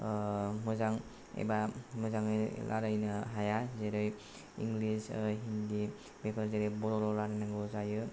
मोजां एबा मोजाङै रायलायनो हाया जेरै इंग्लिस हिन्दी बेफोर जेरै बर'ल' रायलायनांगौ जायो